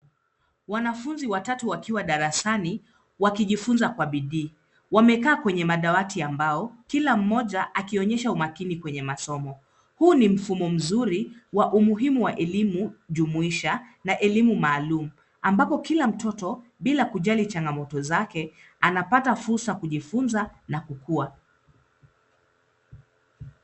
Wanafunzi watatu wakiwa darasani, wakijifunza kwa bidii. Wamekaa kwenye madawati ya mbao, kila mmoja akionyesha umakini kwenye masomo. Huu ni mfumo mzuri wa umuhimu wa elimu jumuisha na elimu maalumu, ambapo kila mtoto bila kujali changamoto zake, anapata fursa kujifunza na kukua.